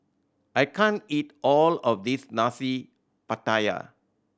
I can't eat all of this Nasi Pattaya